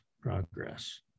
progress